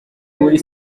muri